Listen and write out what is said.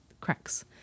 cracks